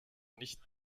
nicht